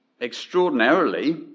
extraordinarily